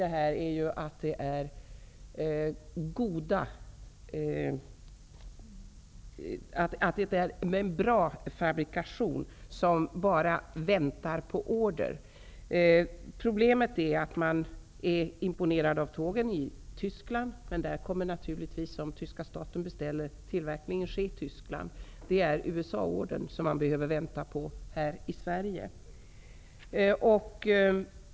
Det är tragiskt med en bra fabrikation som bara väntar på order. I Tyskland är man imponerad av tågen, men problemet är att om tyska staten gör en beställning, kommer tillverkningen naturligtvis att ske där. Det är USA-ordern som man här i Sverige väntar på.